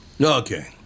Okay